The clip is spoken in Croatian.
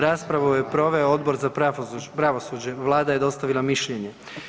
Raspravu je proveo Odbor za pravosuđe, Vlada je dostavila mišljenje.